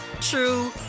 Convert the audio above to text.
true